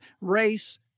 race